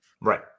Right